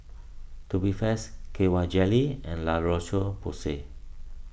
Tubifast K Y Jelly and La Roche Porsay